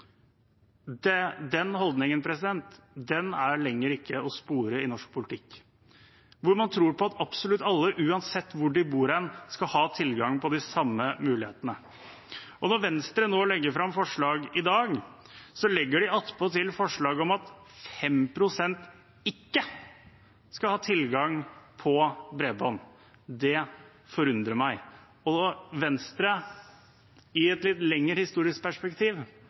Den holdningen, hvor man tror på at absolutt alle, uansett hvor de bor hen, skal ha tilgang på de samme mulighetene, er ikke lenger å spore i norsk politikk. Når Venstre legger fram forslag i dag, legger de attpåtil fram forslag om at 5 pst. ikke skal ha tilgang på bredbånd. Det forundrer meg – og i et litt lengre, historisk perspektiv